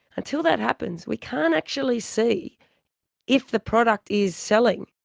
until that happens, we can't actually see if the product is selling.